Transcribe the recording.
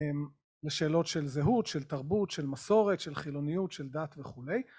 לשאלות של זהות של תרבות של מסורת של חילוניות של דת וכולי